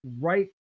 right